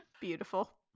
beautiful